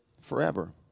forever